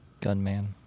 Gunman